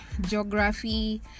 geography